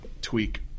tweak